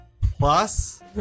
plus